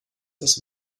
das